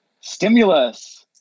Stimulus